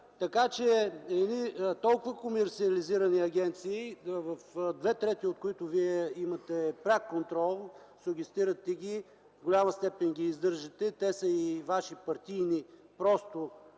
така! Едни толкова комерсиализирани агенции, в две трети, от които вие имате пряк контрол, сугестирате ги, в голяма степен ги издържате, те са и ваши партийни